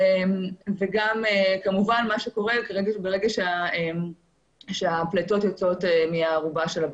וגם כמובן מה שקורה ברגע כשהפליטות יוצאות מהארובה של הבתים.